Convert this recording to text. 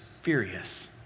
furious